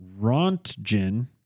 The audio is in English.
Rontgen